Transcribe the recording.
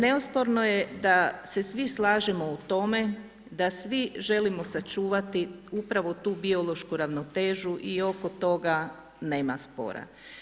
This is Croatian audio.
Neosporno je da se svi slažemo u tome da svi želimo sačuvati upravo tu biološku ravnotežu i oko toga nema spora.